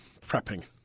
Prepping